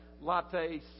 latte